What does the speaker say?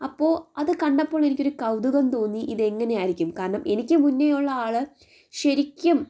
അപ്പോൾ അത് കണ്ടപ്പോഴെനിക്ക് ഒരു കൗതുകം തോന്നി ഇതെങ്ങനെയായിരിക്കും കാരണം എനിക്ക് മുന്നേയുള്ള ആൾ ശരിക്കും